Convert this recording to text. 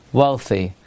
wealthy